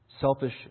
Selfish